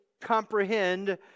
comprehend